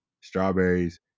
strawberries